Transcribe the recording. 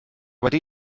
wedi